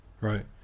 Right